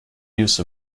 use